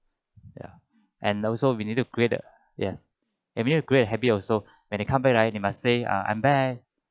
ya and also we need to create a yes and we need to create a habit also when they come back right they must say I'm back